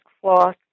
cloth